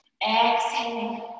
exhaling